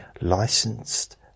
licensed